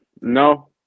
no